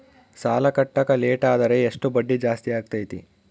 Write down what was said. ಸಾಲ ಕಟ್ಟಾಕ ಲೇಟಾದರೆ ಎಷ್ಟು ಬಡ್ಡಿ ಜಾಸ್ತಿ ಆಗ್ತೈತಿ?